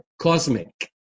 Cosmic